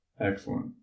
Excellent